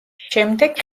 შემდეგ